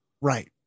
Right